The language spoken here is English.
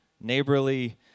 neighborly